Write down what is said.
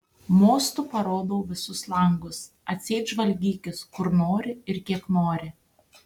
mostu parodau visus langus atseit žvalgykis kur nori ir kiek nori